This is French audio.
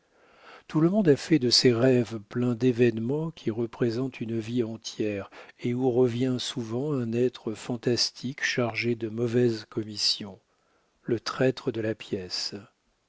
tout le monde a fait de ces rêves pleins d'événements qui représentent une vie entière et où revient souvent un être fantastique chargé de mauvaises commissions le traître de la pièce